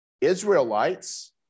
Israelites